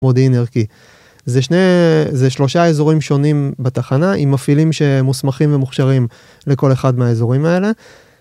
מודיעין ערכי, זה שני..זה שלושה אזורים שונים בתחנה עם מפעילים שמוסמכים ומוכשרים לכל אחד מהאזורים האלה.